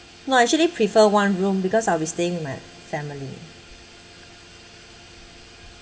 I actually prefer one room because I'll be staying with my family